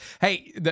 Hey